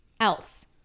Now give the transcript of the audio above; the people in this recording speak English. else